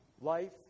Life